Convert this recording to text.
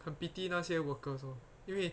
很 pity 那些 workers lor 因为